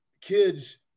kids